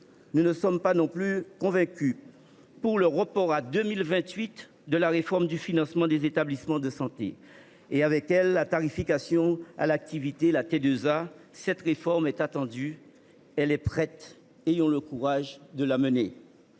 Nous ne sommes pas non plus convaincus par le report à 2028 de la réforme du financement des établissements de santé et, avec elle, de la T2A. Cette réforme est attendue ; elle est prête. Ayons le courage de la mener.